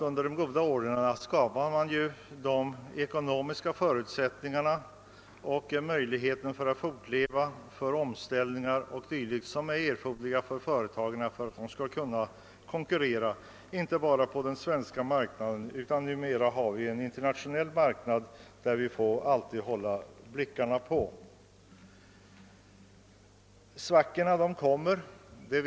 Under de goda åren skapar man de ekonomiska förutsättningarna för de omställningar som är erforderliga för att företagen skall kunna konkurrera, vilket gäller inte bara den svenska marknaden, utan numera måste vi alltid hålla blickarna fästade på den internationella marknaden.